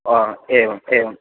हो एवम् एवं